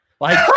Like-